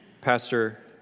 Pastor